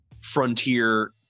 frontier